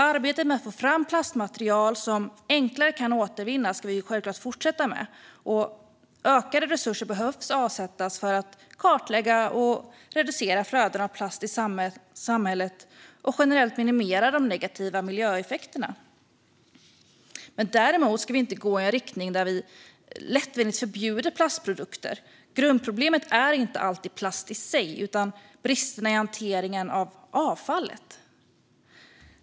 Arbetet med att få fram plastmaterial som enklare kan återvinnas ska självklart fortgå. Ökade resurser behöver avsättas för att man ska kunna kartlägga och reducera flödena av plast i samhället och generellt minimera de negativa miljöeffekterna. Däremot ska vi inte gå i en riktning där vi lättvindigt förbjuder plastprodukter. Grundproblemet är inte alltid plast i sig utan brister i hanteringen av avfallet.